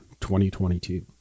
2022